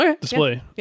display